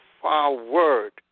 forward